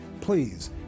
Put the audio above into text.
please